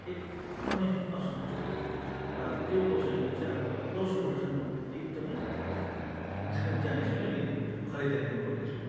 एकदमै असन्तुष्टि र अब त्यो पसलेकोमा चाहिँ अब दोस्रोपल्ट चाहिँ म एकदमै जा जाने छुइँन अनि यो खरिदारी म गर्ने छुइँन